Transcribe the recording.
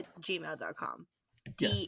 gmail.com